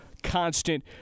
constant